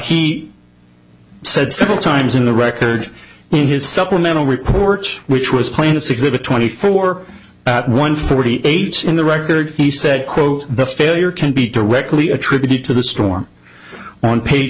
he said several times in the record in his supplemental report which was plaintiff's exhibit twenty four at one forty eight in the record he said quote the failure can be directly attributed to the storm on page